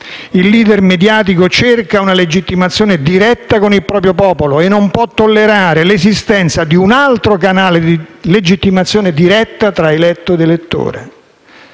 Il *leader* mediatico cerca una legittimazione diretta con il proprio popolo e non può tollerare l'esistenza di un altro canale di legittimazione diretta tra eletto ed elettore.